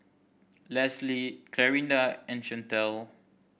Leslee Clarinda and Chantel